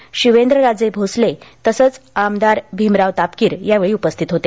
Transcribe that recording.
सातारचे आमदार शिवेंद्रराजे भोसले तसंच आमदार भीमराव तापकीर यावेळी उपस्थित होते